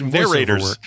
narrators